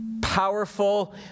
powerful